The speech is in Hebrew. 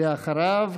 ואחריו,